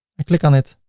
i click on it